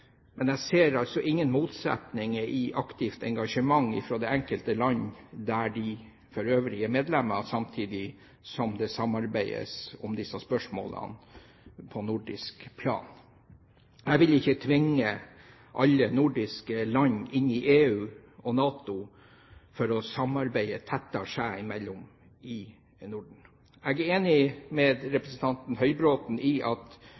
men jeg ser altså ingen motsetninger i aktivt engasjement fra det enkelte land, fra de øvrige medlemmer, samtidig som det samarbeides om disse spørsmålene på nordisk plan. Jeg vil ikke tvinge alle nordiske land inn i EU og NATO for å samarbeide tettere seg imellom i Norden. Jeg er enig med representanten Høybråten i at